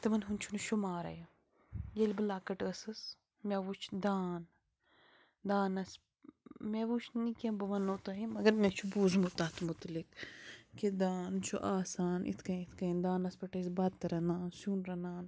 تِمَن ہُنٛد چھُنہٕ شُمارٕے ییٚلہِ بہٕ لۄکٕٹ ٲسٕس مےٚ وُچھ دان دانَس مےٚ وُچھ نہٕ کیٚنٛہہ بہٕ وَنہو تۄہہِ مگر مےٚ چھُ بوٗزمُت تَتھ متعلق کہِ دان چھُ آسان یِتھ کٔنۍ یِتھ کٔنۍ دانَس پٮ۪ٹھ ٲسۍ بَتہٕ رَنان سیٛن رَنان